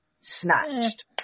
snatched